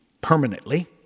permanently